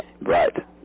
Right